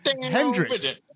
Hendrix